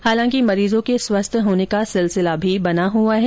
हालांकि मरीजों के स्वस्थ होने का सिलसिला भी बना हुआ है